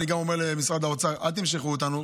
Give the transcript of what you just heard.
אני גם אומר למשרד האוצר: אל תמשכו אותנו,